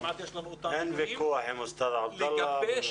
בשום שלב אין ויכוח עם עבדאללה.